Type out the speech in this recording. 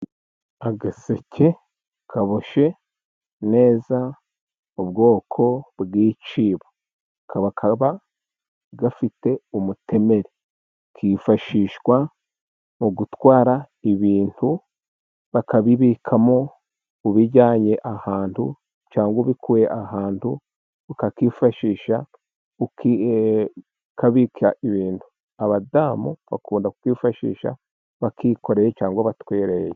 Agaseke kaboshye neza, ubwoko bw'ikibo. Kaba gafite umutemeri. Kifashishwa mu gutwara ibintu, bakabibikamo babijyanye ahantu, cyangwa ubikuye ahantu, ukakifashisha kabika ibintu. Abadamu bakunda kukifashisha bakikoreye, cyangwa batwereye.